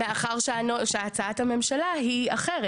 מאחר והצעת הממשלה היא אחרת.